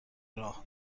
راه